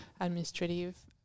administrative